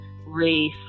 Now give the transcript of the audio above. race